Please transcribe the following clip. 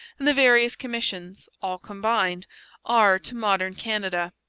and the various commissions all combined are to modern canada.